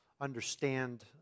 understand